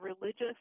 religious